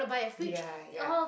ya ya